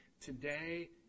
Today